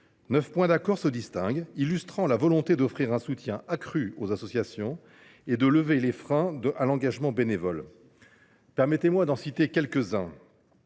Neuf points d’accord se distinguent, illustrant la volonté d’offrir un soutien accru aux associations et de lever les freins à l’engagement bénévole ; permettez moi d’en citer quelques uns.